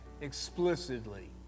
explicitly